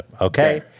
Okay